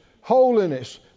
holiness